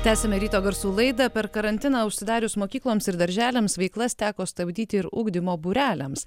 tęsiame ryto garsų laidą per karantiną užsidarius mokykloms ir darželiams veiklas teko stabdyti ir ugdymo būreliams